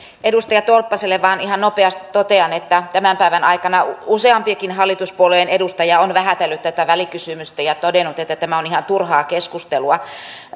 edustaja tolppaselle vain ihan nopeasti totean että tämän päivän aikana useampikin hallituspuolueen edustaja on vähätellyt tätä välikysymystä ja todennut että tämä on ihan turhaa keskustelua